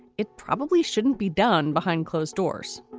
it probably shouldn't be done behind closed doors.